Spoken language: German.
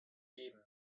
geben